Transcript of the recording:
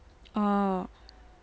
oh